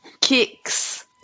kicks